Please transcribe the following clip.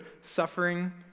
suffering